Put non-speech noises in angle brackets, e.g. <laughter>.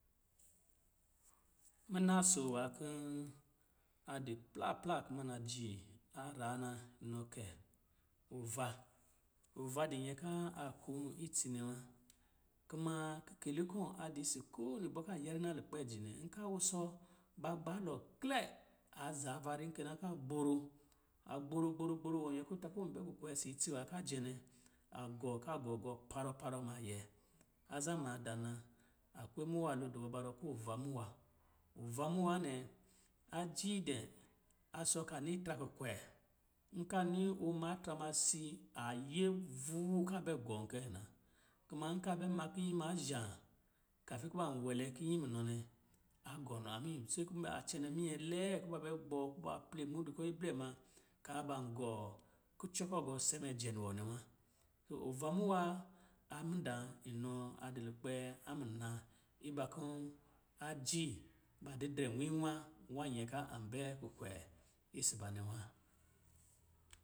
Muna aso nwǎ kɔ̌ a di plapla kuma naji a raa na, nɔ kɛ, ɔva, ɔva di nyɛ kɔ̂ a kun itsi nɛ wa. Kumaa, kikeli kɔ̌ a kun itsi nɛ wa. kumaa, kikeli kɔ̂ a di si ko wini bɔ ka nyɛrina lukpɛɔ̂ ji nɛ, nka wusɔ ba gba alɔ kilɛ, a zaava ri kɛ na, ka gboro, a gboro gboro gboro, wɔ nyɛ kɔ̂ ta kɔ̌ bɛ kukwe isi itsi nwâ kɔ̂ ajɛ nɛ, a gɔ ka gɔ gɔɔ parɔɔ parɔɔ na yɛ. Aza maadaa na, a kwe muwa lo dɔ bɔ ba rɔ kɔ̌ ɔva muwa, ɔva muwa nɛ, ajii dɛ, a sɔ̌ ka ni tra kukwe, nka nini ɔ ma atra ma sii, a yɛ vuuu ka bɛ gɔ kɛ na, kuma, nka bɛ ma kiyin ma zhǎ, kafi kɔ̌ ba wɛlɛ kiyin munɔ nɛ, a gɔ nɔ <unintelligible> sɛ kuba cɛnɛ minyɛ lɛɛ kɔ̌ ba bɛ gbɔ kɔ̌ ba plɛ mudu kɔ̌, iblɛ ma, kaa ban gɔɔ kucɔ kɔ̌ gɔ se nɛ jɛ ni wɔ nɛ wa. Tɔ ɔva muwa, a mudǎǎ inɔ a di lukpɛ a muna iba kɔ̌ aji ba didrɛ moinwa wâ nyɛ ka an bɛ kukwe isi ba nɛ wa.